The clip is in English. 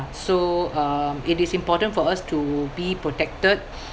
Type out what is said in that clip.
so um it is important for us to be protected